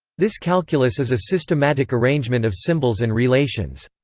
this calculus is a systematic arrangement of symbols and relations.